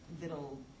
little